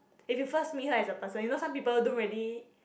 if you first meet her as a person you know some people don't really